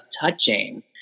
touching